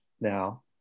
now